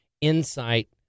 insight